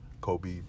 Kobe